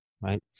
right